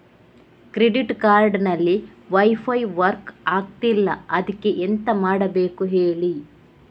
credit card ಅಲ್ಲಿ wifi work ಆಗ್ತಿಲ್ಲ ಅದ್ಕೆ ಎಂತ ಮಾಡಬೇಕು ಹೇಳಿ